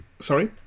Sorry